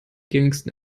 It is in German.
gängigsten